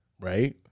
right